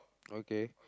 okay